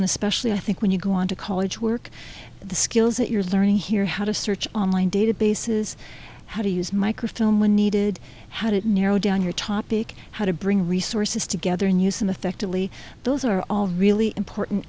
especially i think when you go on to college work the skills that you're learning here how to search online databases how to use microfilm when needed had it narrowed down your topic how to bring resources together and use in affectively those are all really important